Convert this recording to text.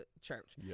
church